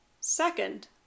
Second